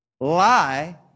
lie